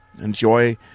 enjoy